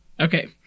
Okay